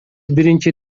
биринчи